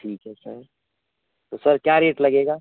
ठीक है सर तो सर क्या रेट लगेगा